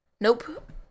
Nope